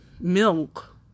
milk